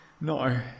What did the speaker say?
no